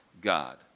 God